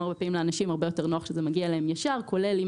לאנשים הרבה יותר נוח שזה מגיע אליהם ישר כולל - אם